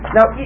Now